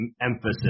emphasis